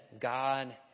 God